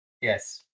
Yes